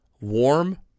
warm